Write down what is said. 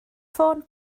ffôn